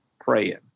praying